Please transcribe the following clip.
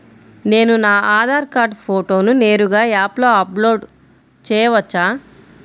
నేను నా ఆధార్ కార్డ్ ఫోటోను నేరుగా యాప్లో అప్లోడ్ చేయవచ్చా?